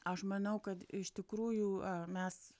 aš manau kad iš tikrųjų a mes